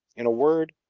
in a word,